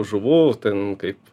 žuvų ten kaip